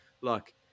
look